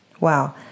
Wow